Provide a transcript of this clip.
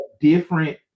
different